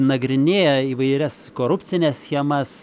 nagrinėja įvairias korupcines schemas